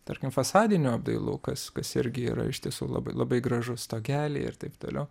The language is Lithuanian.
tarkim fasadinių apdailų kas kas irgi yra iš tiesų labai labai gražu stogeliai ir taip toliau